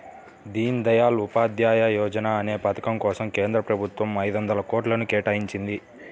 దీన్ దయాళ్ ఉపాధ్యాయ యోజనా అనే పథకం కోసం కేంద్ర ప్రభుత్వం ఐదొందల కోట్లను కేటాయించింది